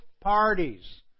parties